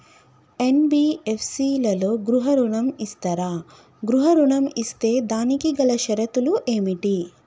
NBFC లలో గృహ ఋణం ఇస్తరా? గృహ ఋణం ఇస్తే దానికి గల షరతులు ఏమిటి?